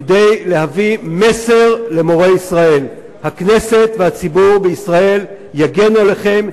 כדי להביא מסר למורי ישראל: הכנסת והציבור בישראל יגנו עליכם,